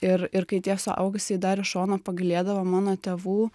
ir ir kai tie suaugusieji dar iš šono pagailėdavo mano tėvų